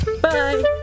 Bye